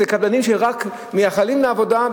אצל קבלנים שרק מייחלים לעבודה,